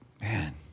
man